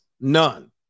None